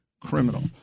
criminal